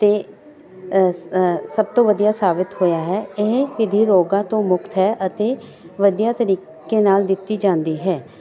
ਅਤੇ ਸਭ ਤੋਂ ਵਧੀਆ ਸਾਬਿਤ ਹੋਇਆ ਹੈ ਇਹ ਵਿਧੀ ਰੋਗਾਂ ਤੋਂ ਮੁੱਖ ਹੈ ਅਤੇ ਵਧੀਆ ਤਰੀਕੇ ਨਾਲ ਦਿੱਤੀ ਜਾਂਦੀ ਹੈ